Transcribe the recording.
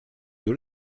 deux